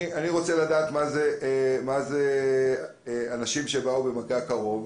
אני רוצה לדעת מה זה אנשים שבאו "במגע קרוב"